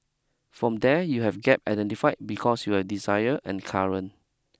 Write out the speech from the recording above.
from there you have gap identified because you have desire and current